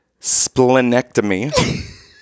splenectomy